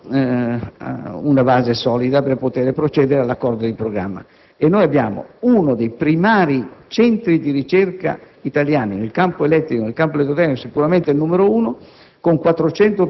avessero una base solida per poter procedere all'accordo di programma. Uno dei primari centri di ricerca italiani nel campo elettrico, in ambito pubblico sicuramente il numero uno,